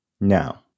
Now